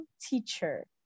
teacher